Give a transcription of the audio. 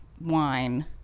wine